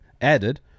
added